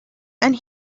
and